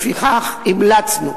לפיכך המלצנו